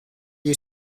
you